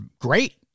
great